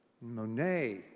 Monet